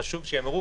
חשוב שייאמרו,